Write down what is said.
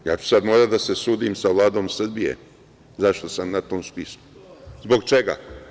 Ja ću sada morati da se sudim sa Vladom Srbije zašto sam na tom spisku, zbog čega?